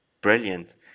brilliant